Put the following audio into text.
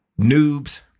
Noobs